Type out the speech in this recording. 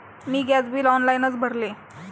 मी gas bill ऑनलाइनच भरले